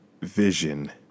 vision